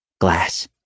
glass